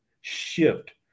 shift